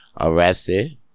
arrested